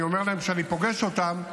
אני אומר להם כשאני פוגש אותם,